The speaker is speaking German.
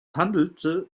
handelte